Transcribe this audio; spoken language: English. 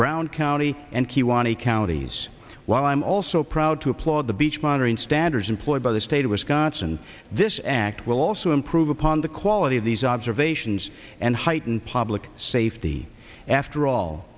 brown county and kiani counties while i'm also proud to applaud the beach modern standards employed by the state of wisconsin this act will also improve upon the quality of these observations and heighten public safety after all